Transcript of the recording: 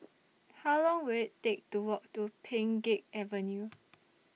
How Long Will IT Take to Walk to Pheng Geck Avenue